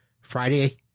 Friday